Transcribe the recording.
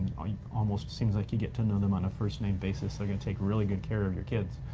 almost seems like you get to know them on a first name basis. they're gonna take really good care of your kids.